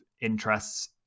interests